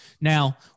now